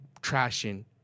trashing